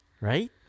Right